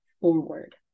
forward